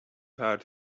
heart